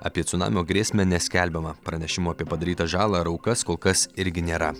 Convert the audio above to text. apie cunamio grėsmę neskelbiama pranešimų apie padarytą žalą ar aukas kol kas irgi nėra